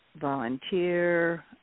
volunteer